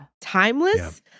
timeless